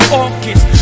orchids